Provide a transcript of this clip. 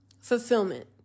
fulfillment